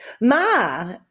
Ma